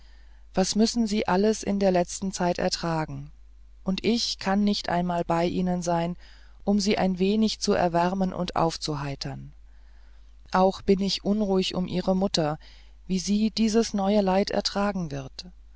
was müssen sie alles in der letzten zeit ertragen und ich kann nicht einmal bei ihnen sein um sie ein wenig zu erwärmen und aufzuheitern auch bin ich unruhig um ihre mutter wie sie dieses neue leid ertragen wird